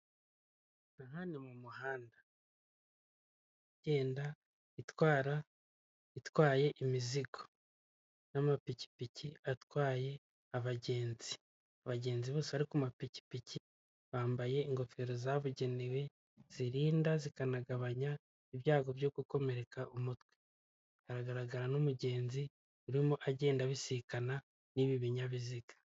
Aha ni mu muhanda igenda itwara itwaye imizigo n'amapikipiki atwaye abagenzi, abagenzi bose bari ku mapikipiki bambaye ingofero zabugenewe zirinda zikanagabanya ibyago byo gukomereka umutwe hagaragara n'umugenzi urimo agenda abisikana n'ibi binyabiziga.